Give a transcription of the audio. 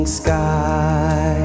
sky